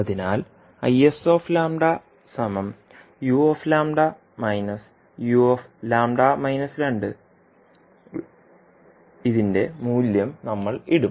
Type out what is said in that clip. അതിനാൽ യുടെ മൂല്യം നമ്മൾ ഇടും